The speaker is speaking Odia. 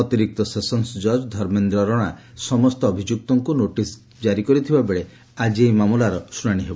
ଅତିରିକ୍ତ ସେସନ୍ ଜଜ୍ ଧର୍ମେନ୍ଦ୍ର ରଣା ସମସ୍ତ ଅଭିଯୁକ୍ତଙ୍କୁ ନୋଟିସ୍ ଜାରି କରିଥିବା ବେଳେ ଆଜି ଏହି ମାମଲାର ଶୁଣାଣି ହେବ